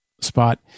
spot